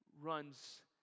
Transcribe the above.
Runs